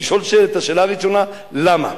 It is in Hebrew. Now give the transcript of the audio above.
לשאול את השאלה הראשונה: למה?